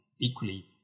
equally